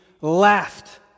laughed